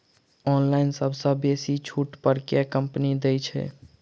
Online सबसँ बेसी छुट पर केँ कंपनी दइ छै?